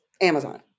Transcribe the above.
Amazon